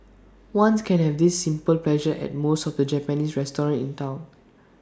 ones can have this simple pleasure at most of the Japanese restaurants in Town